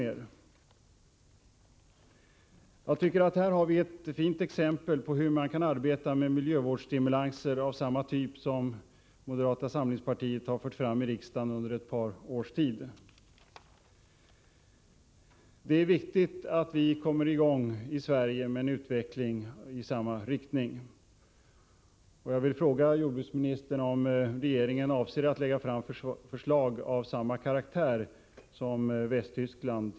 Jag tycker att vi här har ett fint exempel på hur man kan arbeta med miljövårdsstimulanser av samma typ som moderata samlingspartiet har föreslagit i riksdagen under ett par års tid. Det är viktigt att vi i Sverige kommer i gång med en utveckling i samma riktning. Jag vill fråga jordbruksministern om regeringen avser att lägga fram förslag av samma karaktär som förslaget i Västtyskland.